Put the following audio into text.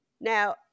Now